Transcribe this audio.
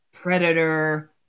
predator